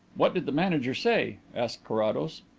what did the manager say? asked carrados.